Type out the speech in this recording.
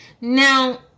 Now